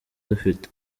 dufite